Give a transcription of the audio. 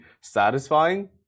satisfying